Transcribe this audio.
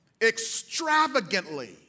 extravagantly